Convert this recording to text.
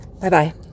Bye-bye